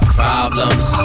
problems